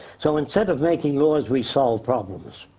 so instead of making laws, we solve problems.